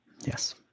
Yes